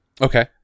Okay